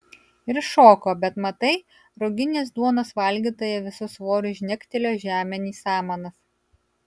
ir šoko bet matai ruginės duonos valgytoja visu svoriu žnegtelėjo žemėn į samanas